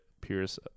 Pierce